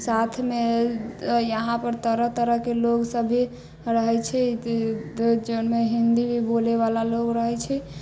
साथमे यहाँपर तरह तरहके लोग सब भी रहै छै जाहिमे हिन्दी भी बोलेवला लोग रहै छै